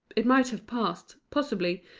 it might have passed, possibly,